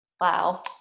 wow